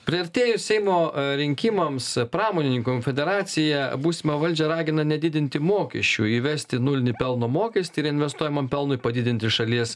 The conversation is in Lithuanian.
priartėjus seimo rinkimams pramonininkų konfederacija būsimą valdžią ragina nedidinti mokesčių įvesti nulinį pelno mokestį reinvestuojamam pelnui padidinti šalies